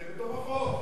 זה בתוך החוק.